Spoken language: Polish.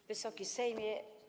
Wysoki Sejmie!